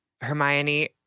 Hermione